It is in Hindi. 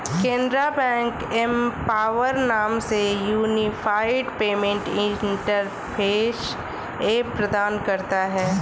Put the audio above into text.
केनरा बैंक एम्पॉवर नाम से यूनिफाइड पेमेंट इंटरफेस ऐप प्रदान करता हैं